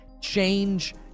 change